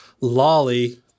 Lolly